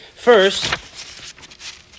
First